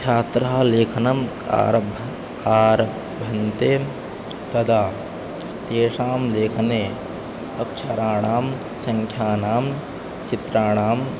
छात्राः लेखनम् आरभन्ते आरभन्ते तदा तेषां लेखने अक्षराणां सङ्ख्यानां चित्राणां